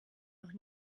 noch